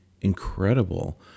incredible